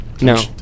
No